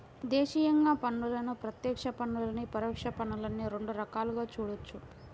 దేశీయంగా పన్నులను ప్రత్యక్ష పన్నులనీ, పరోక్ష పన్నులనీ రెండు రకాలుగా చూడొచ్చు